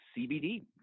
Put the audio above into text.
CBD